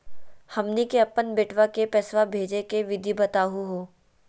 हमनी के अपन बेटवा क पैसवा भेजै के विधि बताहु हो?